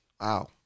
wow